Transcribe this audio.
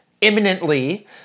imminently